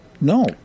no